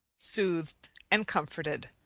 soothed and comforted.